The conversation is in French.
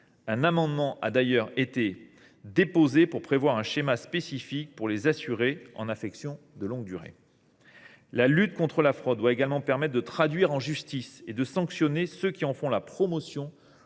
Un amendement a d’ailleurs été déposé qui vise à prévoir un schéma spécifique pour les assurés en affection de longue durée. La lutte contre la fraude doit également permettre de traduire en justice et de sanctionner ceux qui en font la promotion